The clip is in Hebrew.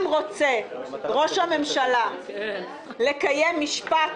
אם רוצה ראש הממשלה לקיים משפט,